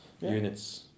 units